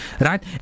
Right